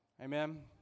Amen